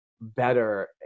better